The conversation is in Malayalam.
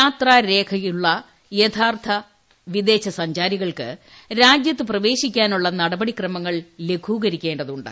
യാത്രാ രേഖയുള്ള യഥാർത്ഥ വിദേശ സഞ്ചാരികൾക്ക് രാജൃത്ത് പ്രവേശിക്കാനുള്ള നടപടി ക്രമങ്ങൾ ലഘൂകരിക്കേണ്ടതുണ്ട്